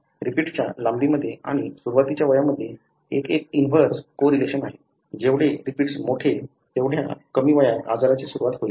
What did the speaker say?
रिपीट्सच्या लांबीमध्ये आणि सुरवातीच्या वयामध्ये एक एक इन्व्हर्स को रिलेशन आहे जेवढे रिपीट्स मोठे ठेवढ्या कमी वयात आजारची सुरवात होईल